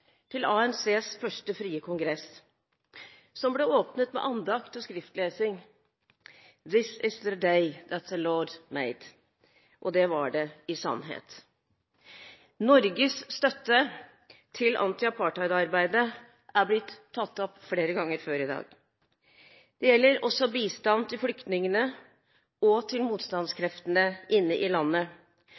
til ANCs første frie kongress, som ble åpnet med andakt og skriftlesing: «This is the day that the Lord made» – og det var det i sannhet. Norges støtte til antiapartheidarbeidet er blitt tatt opp flere ganger før i dag. Det gjelder også bistand til flyktningene og motstandskreftene inne i landet.